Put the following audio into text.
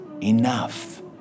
enough